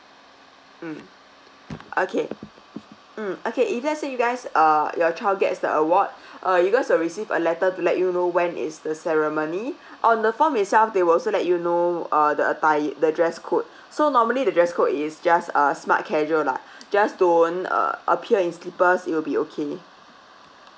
mm okay mm okay if let's say you guys err your child gets the award uh you guys will receive a letter to let you know when is the ceremony on the form itself they will also let you know uh the atti~ the dress code so normally the dress code is just a smart casual lah just don't uh appear in slippers it'll be okay